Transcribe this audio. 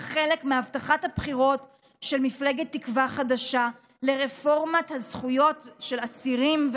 חלק מהבטחת הבחירות של מפלגת תקווה חדשה לרפורמת הזכויות של עצירים,